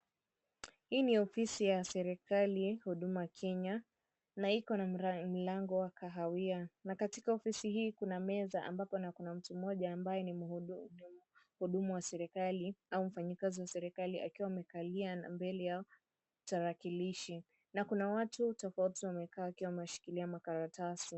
Hii ni ofisi ya serikali huduma ya Kenya na iko na mlango wa kahawia na katika ofisi hii kuna meza ambapo kuna mtu mmoja ambapo ni mhudumu wa serikali au mfanyakazi wa serikali akiwa amekalia mbele ya tarakilishi na kuna watu tofauti wakiwa wamekaa wakishikilia makaratasi.